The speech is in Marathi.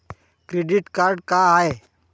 क्रेडिट कार्ड का हाय?